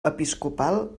episcopal